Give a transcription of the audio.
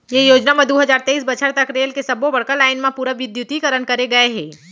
ये योजना म दू हजार तेइस बछर तक रेल के सब्बो बड़का लाईन म पूरा बिद्युतीकरन करे गय हे